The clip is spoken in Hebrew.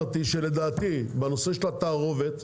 שלדעתי בנושא של התערובת,